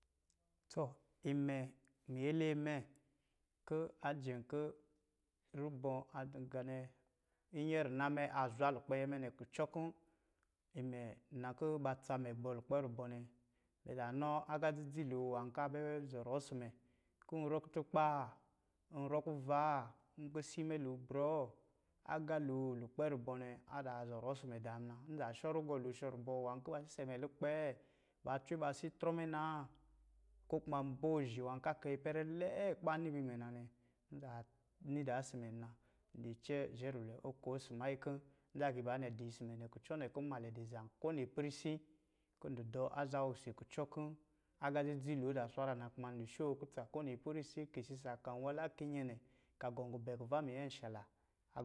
Tɔ, imɛ miyele a mɛ kɔ̄ a jɛn kɔ̄ rubɔ̄ a dɔ̄ nga nɛ inyɛ a rina mɛ nɛ a zwa lukpɛ ayɛ mɛ nɛ kulɔ kɔ̄ imɛ nna kɔ̄ ba tsa mɛ gbɔ̄ lukpɛ a rubɔ̄ nɛ mɛ zaa nɔ agá dzi dzi lo nwá kɔ̄ a bɛ zɔrɔ ɔsɔ̄ mɛ ko n wrɔ kutukpaa? Nwrɔ kuvaa? Kisi mɛ lo brɔɔ, agá lo lukpɛ rubɔ̄ nɛ a zaa zɔrɔ ɔsɔ̄ mɛ dá muna, nza shɔ̄ rugɔ̄ lo shɔ̄ rubɔ̄ nwá kɔ̄ ba sisɛ mɛ lukpɛ ba cwe ba asi a trɔ mɛ naa? Ko kuma nibonɛhi nwan kɔ̄ akai ipɛrɛ lɛɛ nwá kɔ̄ ba niba imɛ muna. N dɔ̄ zhɛ rulwɛ oko ɔsɔ̄ mannyi kɔ̄ nza agiibanɛ adɔ̄ ɔsɔ̄ mɛ ne, kucɔ nɛ kɔ̄ mnmalɛ dɔ̄ zam kowini ipɛrɛ si kɔ̄ ndɔ̄ dɔ aza osi kucɔ kɔ̄ agá dzi dzi lo azaa swa ran na. Kuma ndɔ̄ shoo kuts a kowini ipɛrɛ isi, ka isi sa ka nnwala, ka inyɛnɛ, kɔ̄ a gɔm gubɛ kuva a minyɛnshala.